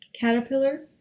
caterpillar